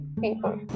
people